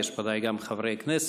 יש ודאי גם חברי כנסת,